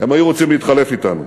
הם היו רוצים להתחלף אתנו.